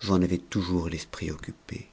j'en avais toujours l'esprit occupé